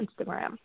Instagram